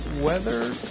weather